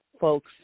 folks